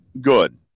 good